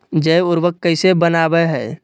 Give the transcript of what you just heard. जैव उर्वरक कैसे वनवय हैय?